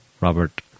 Robert